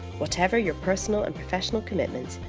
whatever your personal and professional commitments,